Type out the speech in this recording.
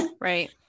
Right